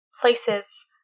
places